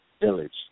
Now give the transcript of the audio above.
village